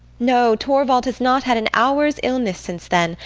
no, torvald has not had an hour's illness since then,